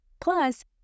Plus